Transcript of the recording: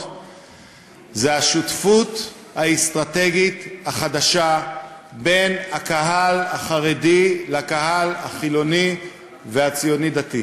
היא השותפות האסטרטגית החדשה בין הקהל החרדי לקהל החילוני והציוני-דתי.